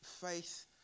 faith